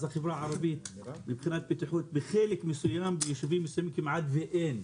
אז החברה הערבית מבחינת בטיחות בחלק מסוים ביישובים מסוימים כמעט שאין,